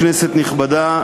כנסת נכבדה,